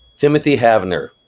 timothy havener,